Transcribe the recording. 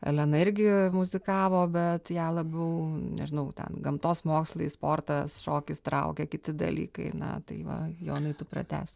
elena irgi muzikavo bet ją labiau nežinau ten gamtos mokslai sportas šokis traukia kiti dalykai na tai va jonai tu pratęsk